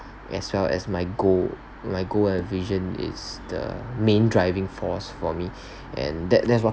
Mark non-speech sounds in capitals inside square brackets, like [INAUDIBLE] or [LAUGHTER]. as well as my goal my goal and vision is the main driving force for me [BREATH] and that that's what